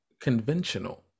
conventional